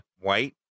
white